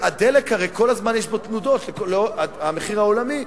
הדלק, הרי כל הזמן יש בו תנודות, במחיר העולמי.